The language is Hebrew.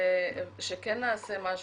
שכן נעשה משהו,